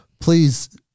please